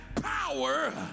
power